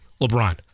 LeBron